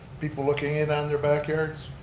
people looking in on their backyards.